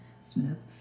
Smith